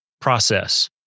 process